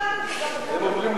הם עוברים ליש"ע.